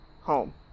home